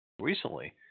recently